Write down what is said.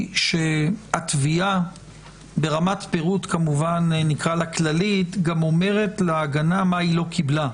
היא שהתביעה ברמת פירוט כללית אומרת להגנה גם מה היא לא קיבלה.